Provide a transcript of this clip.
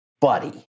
buddy